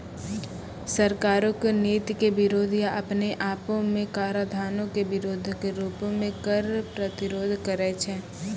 सरकारो के नीति के विरोध या अपने आपो मे कराधानो के विरोधो के रूपो मे कर प्रतिरोध करै छै